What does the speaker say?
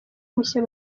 mushya